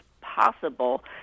possible